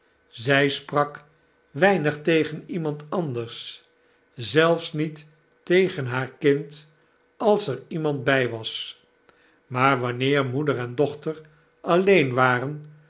zij sprak weinig tegen iemand anders zelfs niet tegen haar kind als er iemand bij was maar wanneer moeder en dochter alleen waren